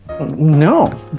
No